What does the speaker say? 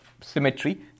symmetry